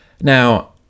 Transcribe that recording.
Now